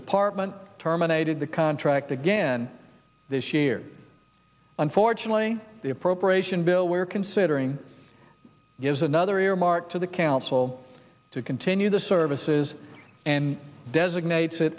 department terminated the contract again this year unfortunately the appropriation bill we're considering gives another earmark to the council to continue the services and designates